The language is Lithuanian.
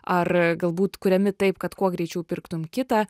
ar galbūt kuriami taip kad kuo greičiau pirktum kitą